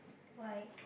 why